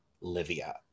Livia